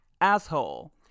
asshole